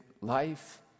life